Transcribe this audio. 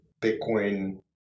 Bitcoin